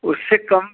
उससे कम